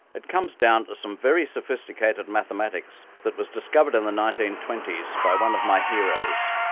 it comes down to some very sophisticated mathematics that was discovered in the nineteen twenty s by one of my heroes,